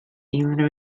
unrhyw